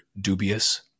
dubious